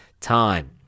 time